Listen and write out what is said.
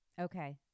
Okay